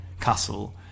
castle